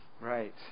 Right